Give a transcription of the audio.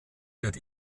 wird